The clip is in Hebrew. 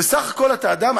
ובסך הכול אתה אדם,